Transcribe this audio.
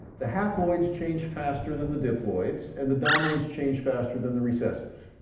the haploids change faster than the diploids, and the dominants change faster than the recessives.